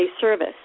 service